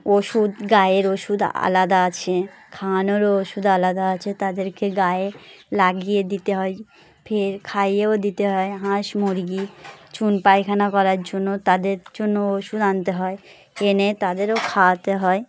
ওষুধ গায়ের ওষুধ আলাদা আছে খাওয়ানোরও ওষুধ আলাদা আছে তাদেরকে গায়ে লাগিয়ে দিতে হয় ফের খাইয়েও দিতে হয় হাঁস মুরগি চুন পায়খানা করার জন্য তাদের জন্য ওষুধ আনতে হয় এনে তাদেরও খাওয়াতে হয়